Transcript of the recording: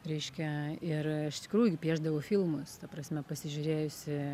reiškia ir aš iš tikrųjų piešdavau filmus ta prasme pasižiūrėjusi